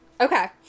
Okay